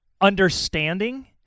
understanding